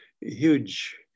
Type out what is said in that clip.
huge